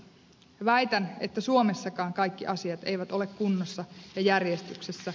väitän että suomessakaan kaikki asiat eivät ole kunnossa ja järjestyksessä